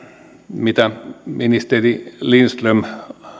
mitä ministeri lindström